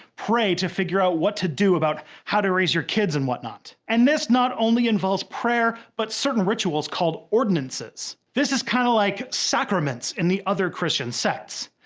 pray to figure out what to do about how to raise your kids or and whatnot. and this not only involves prayer, but certain rituals called ordinances. this is kinda like sacraments in the other christian sects.